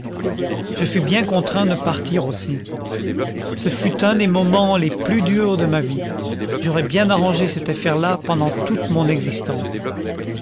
je fus bien contraint de partir aussi ce fut un des moments les plus durs de ma vie j'aurais bien arrangé cette affaire-là pendant toute mon existence